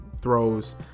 throws